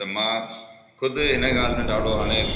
त मां ख़ुदि इन ॻाल्हि में ॾाढो हाणे